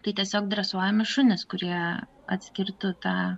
tai tiesiog dresuojami šunys kurie atsikirtų tą